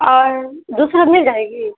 اور دوسرا مل جائے گی